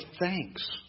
thanks